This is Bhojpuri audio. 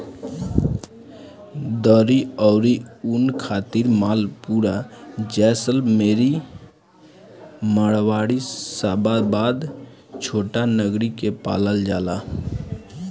दरी अउरी ऊन खातिर मालपुरा, जैसलमेरी, मारवाड़ी, शाबाबाद, छोटानगरी के पालल जाला